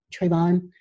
Trayvon